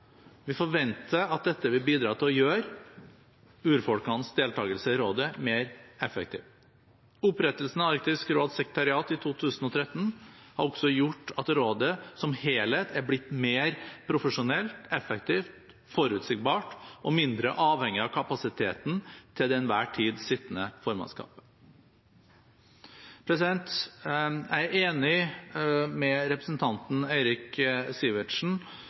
Vi forventer at dette vil bidra til å gjøre urfolkenes deltakelse i rådet mer effektiv. Opprettelsen av Arktisk råds sekretariat i 2013 har også gjort at rådet som helhet er blitt mer profesjonelt, effektivt, forutsigbart og mindre avhengig av kapasiteten til det enhver tid sittende formannskapet. Jeg er enig med representanten Eirik Sivertsen